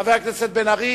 חבר הכנסת מיכאל בן-ארי,